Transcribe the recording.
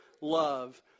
love